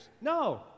no